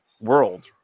world